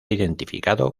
identificado